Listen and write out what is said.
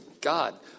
God